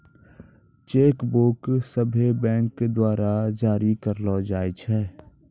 cheque book सभ्भे bank द्वारा जारी करलो जाय छै